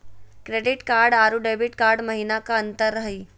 Credit card अरू debit card महिना का अंतर हई?